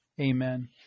Amen